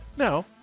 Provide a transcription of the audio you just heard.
Now